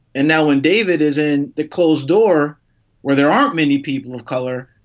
and now when david is in the closed door where there aren't many people of color.